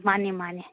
ꯃꯥꯅꯦ ꯃꯥꯅꯦ